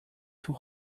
too